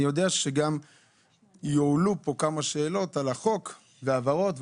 אני יודע שיעלו פה כמה שאלות על החוק ויינתנו הבהרות,